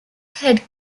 head